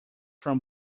from